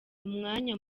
umwanya